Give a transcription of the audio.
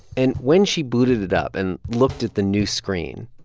and when she booted it up and looked at the new screen,